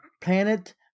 planet